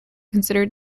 considered